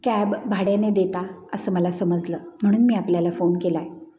cab भाड्याने देता असं मला समजलं म्हणून मी आपल्याला फोन केला आहे